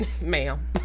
Ma'am